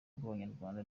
bw’abanyarwanda